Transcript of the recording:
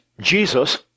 Jesus